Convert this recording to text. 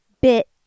Bit